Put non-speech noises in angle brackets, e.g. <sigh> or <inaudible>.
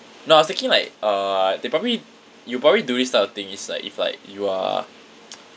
no I was thinking like uh they probably you probably do this type of thing is like if like you are <noise>